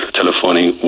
telephoning